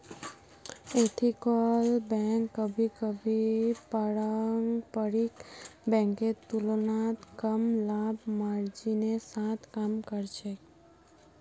ethical bank कभी कभी पारंपरिक बैंकेर तुलनात कम लाभ मार्जिनेर साथ काम कर छेक